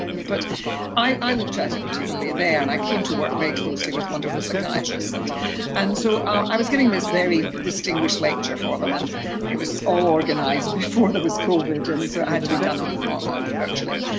but i looked at it particularly there, and i came to work very closely with wonderful psychiatrists, and and so i was giving this very distinguished lecture for them, and it was all organised before there was covid, and so it had to be done ah and ah um virtually,